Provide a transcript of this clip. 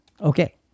Okay